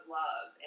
love